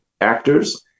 actors